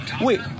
Wait